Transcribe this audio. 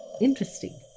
Interesting